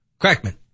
Crackman